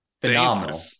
phenomenal